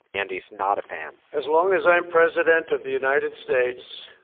and he's not a fan as long as i'm president of the united states,